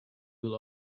will